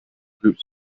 groups